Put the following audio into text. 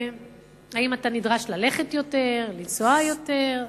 האם אתה נדרש ללכת יותר או לנסוע יותר.